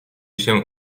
się